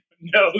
No